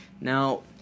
Now